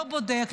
לא בודק,